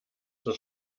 zur